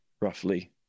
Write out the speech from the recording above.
roughly